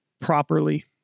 properly